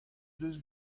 deus